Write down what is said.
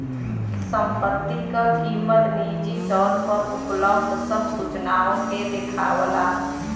संपत्ति क कीमत निजी तौर पर उपलब्ध सब सूचनाओं के देखावला